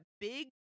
big